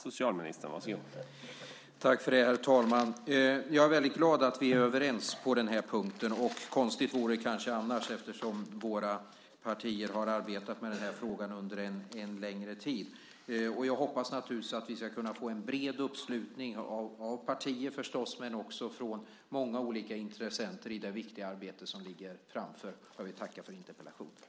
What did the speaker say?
Herr talman! Jag är väldigt glad att vi är överens på den här punkten, och konstigt vore kanske annars då våra partier har arbetat med den här frågan under en längre tid. Jag hoppas naturligtvis att vi ska kunna få en bred uppslutning av partier förstås, men också från många olika intressenter i det viktiga arbete som ligger framför. Jag vill tacka för interpellationen.